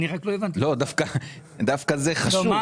דווקא זה חשוב.